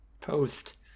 Post